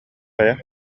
хайа